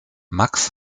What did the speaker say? max